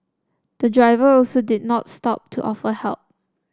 the driver also did not stop to offer help